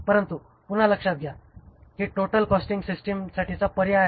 परंतु पुन्हा लक्षात घ्या हि टोटल कॉस्टिंग सिस्टिमसाठीचा पर्याय आहे